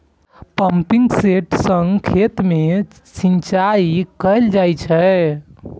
pumping set सं खेत मे सिंचाई कैल जाइ छै